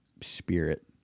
spirit